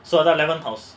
so the eleventh house